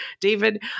David